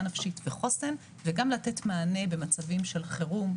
נפשית וחוסן וגם לתת מענה במצבים של חירום,